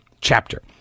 chapter